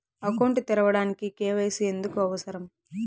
Account తెరవడానికి, KYC ఎందుకు అవసరం?